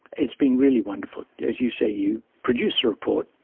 it's been really wonderful. as you say you produce a report,